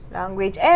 language